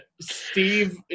Steve